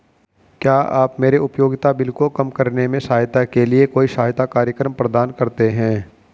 क्या आप मेरे उपयोगिता बिल को कम करने में सहायता के लिए कोई सहायता कार्यक्रम प्रदान करते हैं?